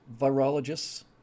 virologists